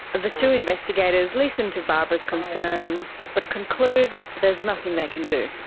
the two investigators listen to barbara's concerns but conclude there's nothing they can do.